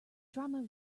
drama